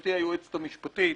גבירתי היועצת המשפטית: